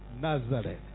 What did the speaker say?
Nazareth